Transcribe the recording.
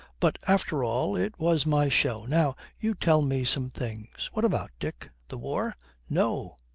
but, after all, it was my show. now, you tell me some things what about, dick? the war no,